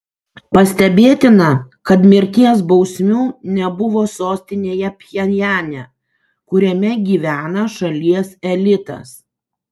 pastebėtina kad mirties bausmių nebuvo sostinėje pchenjane kuriame gyvena šalies elitas